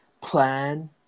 plan